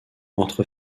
entre